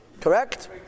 Correct